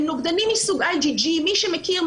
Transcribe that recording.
הם נוגדנים מסוג IGG. מי שמכיר,